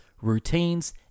routines